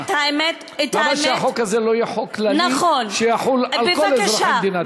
למה שהחוק הזה לא יהיה חוק כללי שיחול על כל אזרחי מדינת ישראל?